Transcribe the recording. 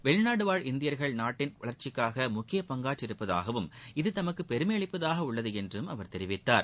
வெளிநாடுவாழ் இந்தியர்கள் நாட்டின் வளர்ச்சிக்காக முக்கிய பங்காற்றி இருப்பதாகவும் இது தமக்கு பெருமை அளிப்பதாக உள்ளது என்றும் அவர் தெரிவித்தார்